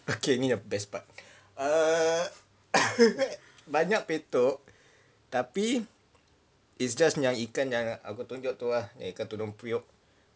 okay you need a best part err banyak petuk tapi is just yang ikan yang aku tunjuk tu ah yang ikan tudung periuk